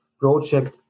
project